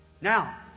Now